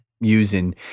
Using